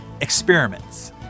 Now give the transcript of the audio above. experiments